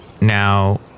Now